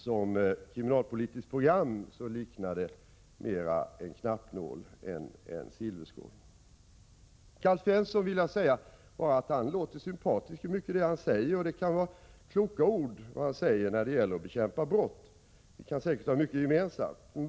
Som kriminalpolititiskt program liknar det emellertid mera en knappnål än en silverskål. Till Alf Svensson vill jag säga att mycket av det han säger låter sympatiskt, och det är kloka ord om brottsbekämpningen — vi har säkert mycket gemensamt.